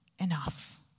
enough